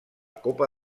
copa